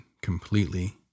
completely